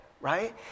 right